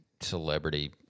celebrity